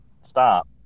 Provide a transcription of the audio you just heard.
stop